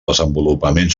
desenvolupament